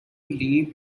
leave